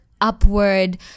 upward